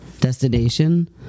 destination